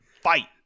fight